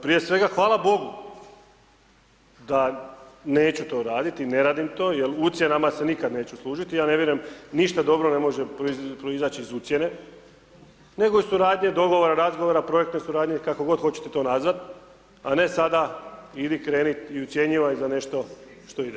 Prije svega, hvala bogu da neću to raditi, ne radim to jer ucjenama se nikad neću služiti, ja ne vjerujem ništa dobro ne može proizaći iz ucjene nego iz suradnje, dogovora, razgovora, projektne suradnje, kako god hoćete to nazvat a ne sada idi, kreni i ucjenjivaj za nešto što ide.